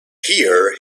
here